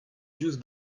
diouzh